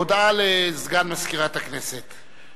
הודעה לסגן מזכירת הכנסת.